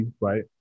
right